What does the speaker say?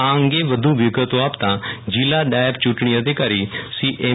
આ અંગે વધુ વિગતો આપતા જિલ્લા નાયબ યૂંટણી અધિકારી શ્રી એમ